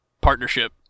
partnership